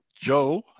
Joe